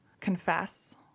confess